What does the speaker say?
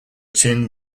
tin